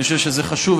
אני חושב שזה חשוב,